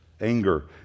anger